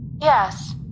Yes